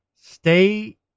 Stay